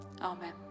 amen